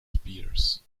spears